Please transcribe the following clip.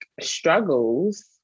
struggles